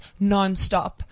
nonstop